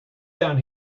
down